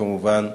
כמובן,